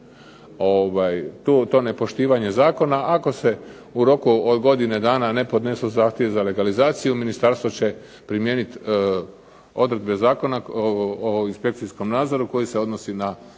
to nepoštivanje zakona. Ako se u roku od godine dana ne podnesu zahtjevi za legalizaciju ministarstvo će primijeniti odredbe Zakona o inspekcijskom nadzoru koji se odnosi na